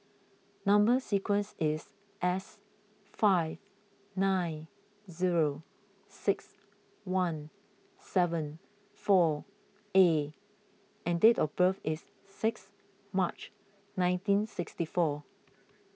Number Sequence is S five nine zero six one seven four A and date of birth is six March nineteen sixty four